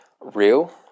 real